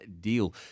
deal